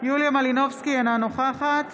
יוליה מלינובסקי, אינה נוכחת